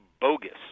bogus